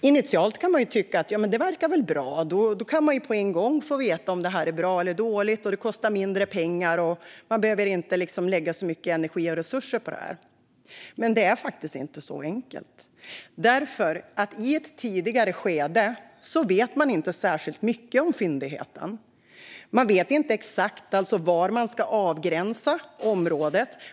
Initialt kan man tycka att det verkar bra. Då kan man ju på en gång få veta om det är bra eller dåligt. Det kostar mindre pengar, och man behöver inte lägga så mycket energi och resurser på det. Men det är faktiskt inte så enkelt, därför att i ett tidigare skede vet man inte särskilt mycket om fyndigheten. Man vet inte exakt var man ska avgränsa området.